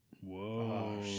Whoa